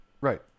Right